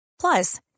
Plus